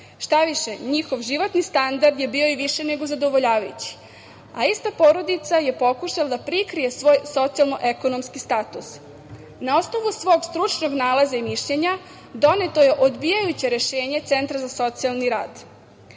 Štaviše njihov životni standard je bio i više nego zadovoljavajući. Ista porodica je pokušala da prikrije svoj socijalno-ekonomski status. Na osnovu svog stručnog nalaza i mišljenja doneto je odbijajuće rešenje centra za socijalni rad.